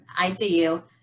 ICU